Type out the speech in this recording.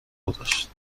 گذاشت